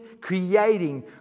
creating